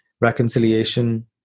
reconciliation